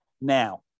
Now